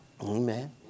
Amen